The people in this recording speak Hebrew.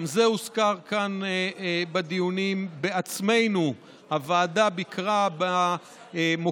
גם זה הוזכר כאן בדיונים: הוועדה ביקרה במוקד